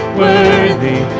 worthy